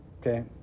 okay